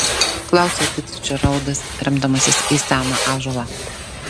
klausia ficdžeraldas remdamasis į seną ąžuolą